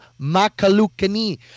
Makalukani